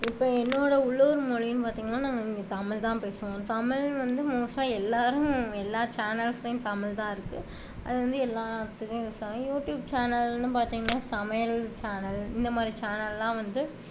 இப்போ என்னோடய உள்ளூர் மொழின்னு பார்த்தீங்கன்னா நாங்கள் இங்கே தமிழ் தான் பேசுவோம் தமிழ் வந்து மோஸ்ட்டாக எல்லாேரும் எல்லா சேனல்ஸிலேயும் தமிழ் தான் இருக்குது அது வந்து எல்லாத்துக்கும் யூஸ் ஆகும் யூடியூப் சேனல்னு பார்த்தீங்கன்னா சமையல் சேனல் இந்த மாதிரி சேனலெல்லாம் வந்து